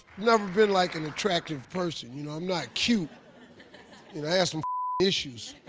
never been like an attractive person. you know, i'm not cute and i have some issues.